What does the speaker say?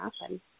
happen